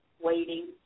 waiting